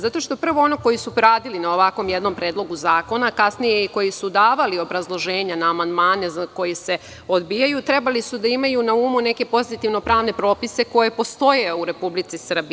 Zato što prvo oni koji su radili na ovakvom jednom Predlogu zakona, a kasnije koji su davali obrazloženje na amandmane koji se odbijaju, trebali su da imaju na umu neke pozitivne pravne propise koji postoje u RS.